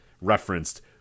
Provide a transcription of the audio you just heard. referenced